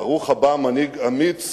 ברוך הבא, מנהיג אמיץ